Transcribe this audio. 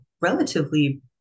relatively